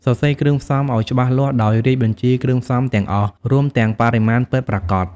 សរសេរគ្រឿងផ្សំឱ្យច្បាស់លាស់ដោយរាយបញ្ជីគ្រឿងផ្សំទាំងអស់ រួមទាំងបរិមាណពិតប្រាកដ។